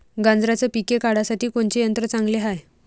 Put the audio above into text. गांजराचं पिके काढासाठी कोनचे यंत्र चांगले हाय?